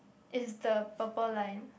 is the purple line